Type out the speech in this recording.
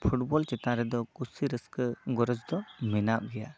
football ᱪᱮᱛᱟᱱ ᱨᱮᱫᱚ ᱠᱩᱥᱤ ᱨᱟᱹᱥᱠᱟᱹ ᱜᱚᱨᱚᱡ ᱫᱚ ᱢᱮᱱᱟᱜ ᱜᱮᱭᱟ